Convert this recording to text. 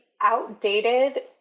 outdated